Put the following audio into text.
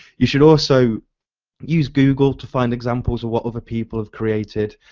you should also use google to find examples on what other people have created.